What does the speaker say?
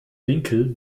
winkel